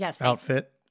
outfit